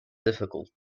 difficult